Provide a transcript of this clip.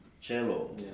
cello